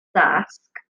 dasg